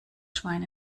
schwein